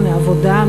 מעבודה,